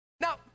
Now